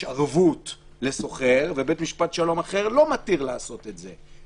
ערבות לשוכר ובית משפט שלום אחר לא מתיר לעשות את זה,